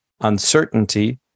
uncertainty